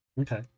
Okay